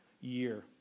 year